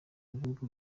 bihugu